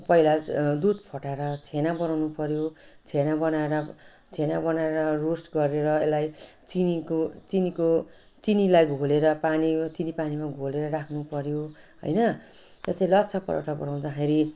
पहिला दुध फटाएर छेना बनाउनुपर्यो छेना बनाएर छेना बनाएर रोस्ट गरेर यसलाई चिनीको चिनीको चिनीलाई घोलेर पानी चिनी पानीमा घोलेर राख्नुपर्यो हैन त्यस्तै लच्छा पराठा बनाउँदाखेरि